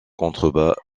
contrebas